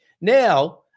Now